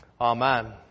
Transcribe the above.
Amen